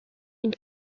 une